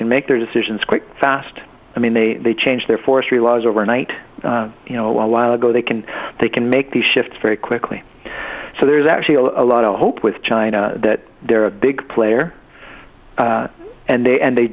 can make their decisions quick fast i mean they they changed their forestry laws overnight you know a while ago they can they can make these shifts very quickly so there's actually a lot of hope with china that they're a big player and they and they